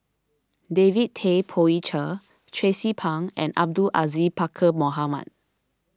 David Tay Poey Cher Tracie Pang and Abdul Aziz Pakkeer Mohamed